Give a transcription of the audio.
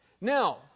Now